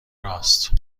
راست